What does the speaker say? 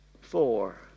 four